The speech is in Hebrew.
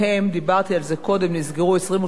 נסגרו 22 חנויות ספרים קטנות,